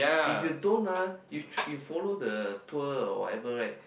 if you don't ah you you follow the tour or whatever right